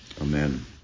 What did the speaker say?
Amen